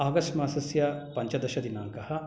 August मासस्य पञ्चदशदिनाङ्कः